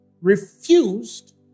refused